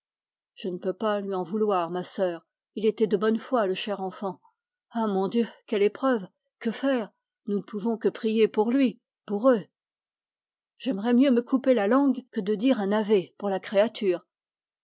je ne peux pas lui en vouloir ma sœur il était de bonne foi le cher enfant ah mon dieu quelle épreuve que faire nous ne pouvons que prier pour lui pour eux j'aimerais mieux me couper la langue que de dire un ave pour la créature